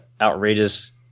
outrageous